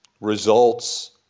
results